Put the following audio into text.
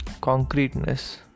concreteness